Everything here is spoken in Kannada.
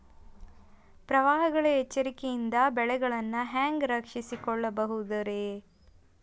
ಪ್ರವಾಹಗಳ ಎಚ್ಚರಿಕೆಯಿಂದ ಬೆಳೆಗಳನ್ನ ಹ್ಯಾಂಗ ರಕ್ಷಿಸಿಕೊಳ್ಳಬಹುದುರೇ?